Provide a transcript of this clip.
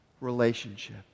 relationship